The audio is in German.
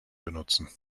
benutzen